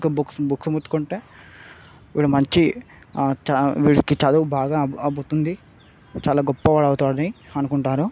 ఇంకా books books ముట్టుకుంటే వీడు మంచి వీడికి చదువు బాగా అ అబ్బుతుంది చాలా గొప్పవాడు అవుతాడని అనుకుంటారు